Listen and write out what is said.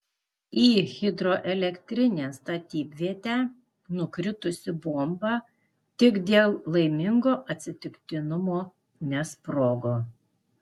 į hidroelektrinės statybvietę nukritusi bomba tik dėl laimingo atsitiktinumo nesprogo